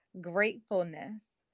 gratefulness